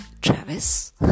Travis